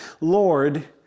Lord